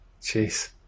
Jeez